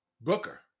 Booker